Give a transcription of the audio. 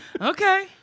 Okay